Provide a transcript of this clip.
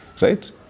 right